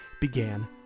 began